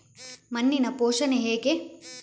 ಮಣ್ಣಿನ ಪೋಷಣೆ ಹೇಗೆ?